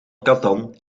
catan